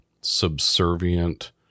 subservient